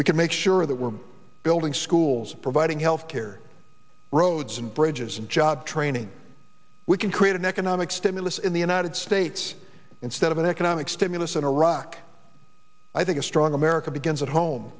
could make sure that we're building schools providing health care roads and bridges and job training we can create an economic stimulus in the united states instead of an economic stimulus in iraq i think a strong america begins at home